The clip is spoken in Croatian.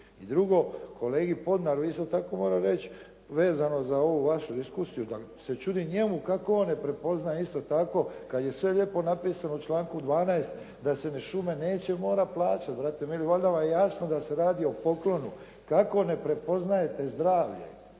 I drugo, kolegi Podnaru isto tako moram reći, vezano za ovu vašu diskusiju da se čudim njemu kako on ne prepozna isto tako kada je sve lijepo napisano u članku 12. da se šume neće morati plaćati. Brate mili, valjda vam je jasno da se radi o poklonu, kako ne prepoznajete zdravlje.